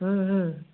হুঁ হুঁ হুঁ